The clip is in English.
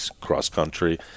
cross-country